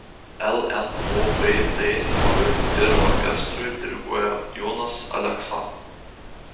lnobt chorui ir orkestrui diriguoja jonas aleksa